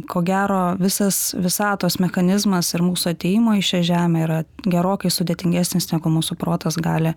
ko gero visas visatos mechanizmas ir mūsų atėjimo į šią žemę yra gerokai sudėtingesnis negu mūsų protas gali